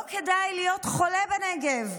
לא כדאי להיות חולה בנגב,